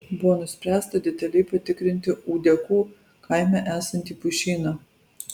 buvo nuspręsta detaliai patikrinti ūdekų kaime esantį pušyną